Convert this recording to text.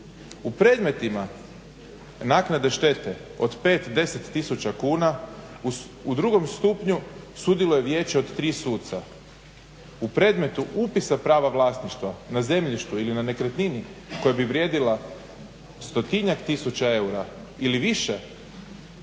U predmetima naknade štete od 5, 10 tisuća kuna u drugom stupnju sudjeluje vijeće od tri suca, u predmetu upisa prava vlasništva na zemljištu ili na nekretnini koja bi vrijedila 100-tinjak tisuća eura ili više